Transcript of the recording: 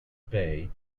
bay